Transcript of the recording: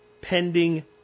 pending